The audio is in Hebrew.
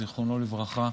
זיכרונו לברכה.